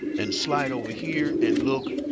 and slide over here and look,